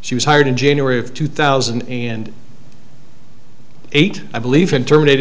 she was hired in january of two thousand and eight i believe and terminated